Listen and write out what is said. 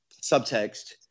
subtext